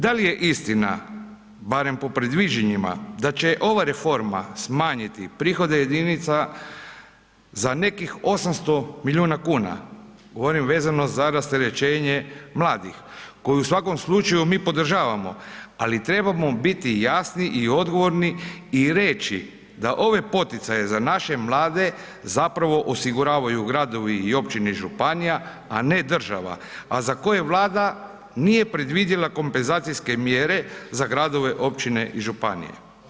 Da li je istina, barem po predviđanjima da će ova reforma smanjiti prihode jedinica za nekih 800 milijuna kuna, govorim vezano za rasterećenje mladih koju u svakom slučaju mi podržavamo, ali trebamo biti jasni i odgovorni i reći da ove poticaje za naše mlade zapravo osiguravaju gradovi i općine i županija, a ne država, a za koje Vlada nije predvidjela kompenzacijske mjere za gradove, općine i županije.